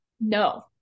No